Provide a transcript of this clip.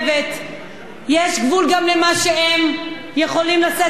יש גבול למה שהם יכולים לשאת על כתפיהם.